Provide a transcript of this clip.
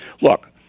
Look